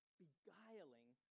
beguiling